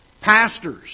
pastors